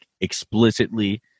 explicitly